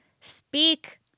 speak